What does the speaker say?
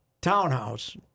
townhouse